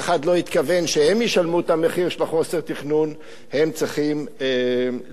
שהם ישלמו את המחיר של חוסר התכנון צריכים לשלם אותו.